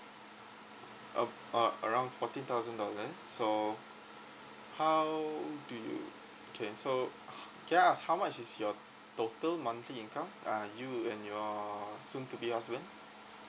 uh uh around fourteen thousand dollars so how do you okay so I ask how much is your total monthly income uh you and your soon to be husband